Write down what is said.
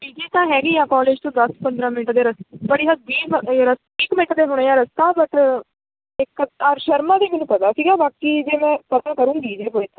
ਪੀ ਜੀ ਤਾਂ ਹੈਗੇ ਆ ਕੋਲੇਜ ਤੋਂ ਦਸ ਪੰਦਰ੍ਹਾਂ ਮਿੰਟ ਦੇ ਰਸਤੇ ਬੜੀ ਹਦ ਵੀਹ ਵੀਹ ਕੁ ਮਿੰਟ ਦੇ ਹੋਣੇ ਆ ਰਸਤਾ ਬਟ ਇੱਕ ਆਰ ਸ਼ਰਮਾ ਦੀ ਮੈਨੂੰ ਪਤਾ ਸੀਗਾ ਬਾਕੀ ਜੇ ਮੈਂ ਪਤਾ ਕਰੂੰਗੀ ਜੇ ਹੋਏ ਤਾਂ